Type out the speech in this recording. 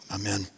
Amen